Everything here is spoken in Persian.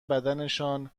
بدنشان